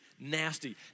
nasty